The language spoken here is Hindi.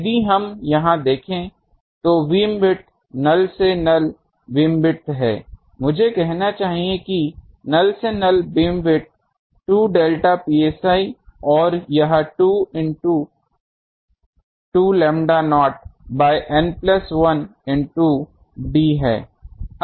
यदि हम यहाँ देखें तो बीमविड्थ नल से नल बीमविड्थ है मुझे कहना चाहिए कि नल से नल बीमविड्थ 2 डेल्टा psi और यह 2 into 2 lambda naught by N plus 1 into d है